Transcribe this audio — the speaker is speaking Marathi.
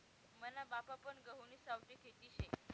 मना बापपन गहुनी सावठी खेती शे